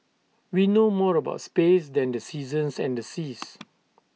we know more about space than the seasons and the seas